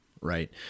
right